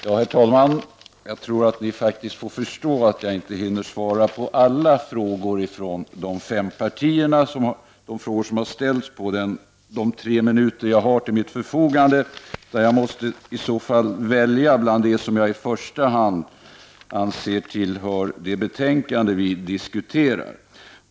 Herr talman! Ni måste förstå att jag inte under de tre minuter som jag har till mitt förfogande hinner svara på alla frågor som har ställts från de fem partierna. Jag måste välja ut dem som jag i första hand anser tillhör det betänkande vi diskuterar.